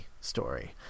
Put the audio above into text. story